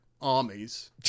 armies